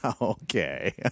Okay